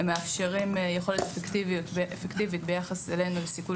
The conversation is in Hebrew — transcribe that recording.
הם מאפשרים יכולת אפקטיבית ביחס אלינו לסיכול